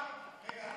אני